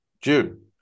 June